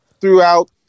throughout